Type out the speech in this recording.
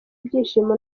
ibyishimo